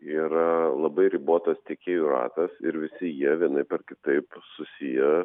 yra labai ribotas tiekėjų ratas ir visi jie vienaip ar kitaip susiję